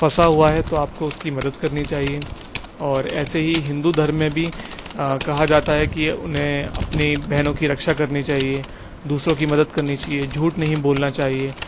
پھنسا ہوا ہے تو آپ کو اس کی مدد کرنی چاہیے اور ایسے ہی ہندو دھرم میں بھی کہا جاتا ہے کہ انہیں اپنی بہنوں کی رکشا کرنی چاہیے دوسروں کی مدد کرنی چاہیے جھوٹ نہیں بولنا چاہیے